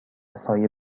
سایه